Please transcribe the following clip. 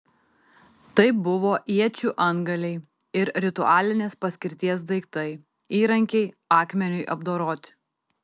tai buvo iečių antgaliai ir ritualinės paskirties daiktai įrankiai akmeniui apdoroti